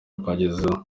rwagezeho